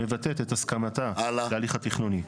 מבטאת את הסכמתה על ההליך התכנוני.